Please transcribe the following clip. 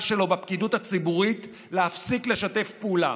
שלו בפקידות הציבורית להפסיק לשתף פעולה,